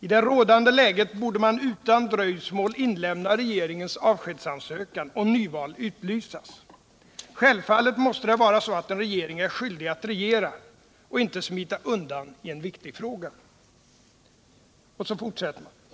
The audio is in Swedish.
I det rådande läget borde man utan dröjsmål inlämna regeringens avskedsansökan och nyval utlysas. Självfallet måste det vara så att en regering är skyldig regera och inte smita undan i en viktig fråga.